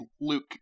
Luke